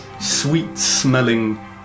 sweet-smelling